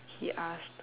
he asked